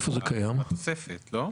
זה קיים בתוספת, לא?